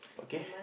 okay